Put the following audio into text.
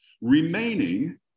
remaining